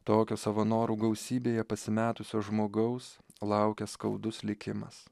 tokio savo norų gausybėje pasimetusio žmogaus laukia skaudus likimas